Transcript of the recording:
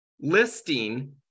listing